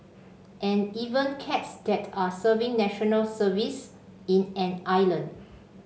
and even cats that are serving National Service in an island